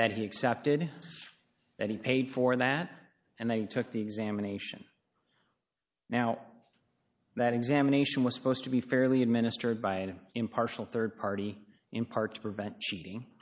that he accepted that he paid for that and they took the examination now that examination was supposed to be fairly administered by an impartial rd party in part to prevent cheating